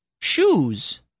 Shoes